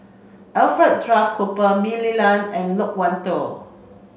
Alfred Duff Cooper Mah Li Lian and Loke Wan Tho